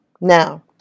now